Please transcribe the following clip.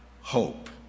hope